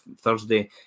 Thursday